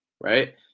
right